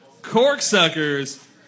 Corksuckers